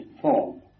form